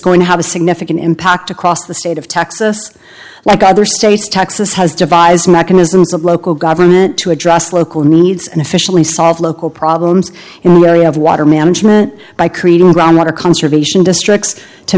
going to have a significant impact across the state of texas like other states texas has devised mechanisms of local government to address local needs and officially solve local problems in the area of water management by creating groundwater conservation districts to